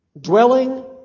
Dwelling